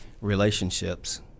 relationships